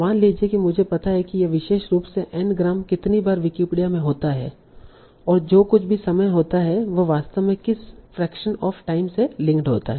मान लीजिए कि मुझे पता है कि यह विशेष रूप से n ग्राम कितनी बार विकिपीडिया में होता है और जो कुछ भी समय होता है वह वास्तव में किस फ्रैक्शन ऑफ़ टाइम से लिंक्ड होता है